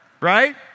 right